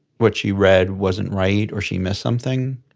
what she read wasn't right or she missed something.